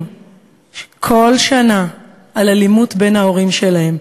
כל שנה על אלימות בין ההורים שלהם,